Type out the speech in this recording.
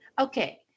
Okay